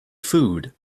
food